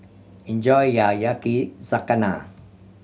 enjoy your Yakizakana